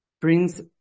brings